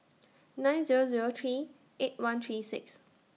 nine Zero Zero three eight one three six